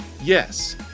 Yes